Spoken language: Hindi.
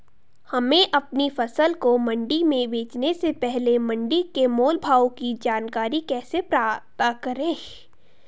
हमें अपनी फसल को मंडी में बेचने से पहले मंडी के मोल भाव की जानकारी कैसे पता करें?